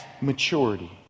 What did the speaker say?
maturity